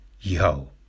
yo